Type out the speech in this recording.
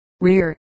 rear